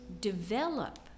develop